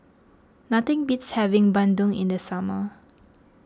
nothing beats having Bandung in the summer